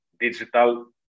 digital